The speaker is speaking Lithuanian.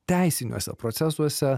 teisiniuose procesuose